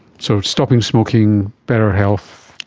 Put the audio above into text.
so it's stopping smoking, better health,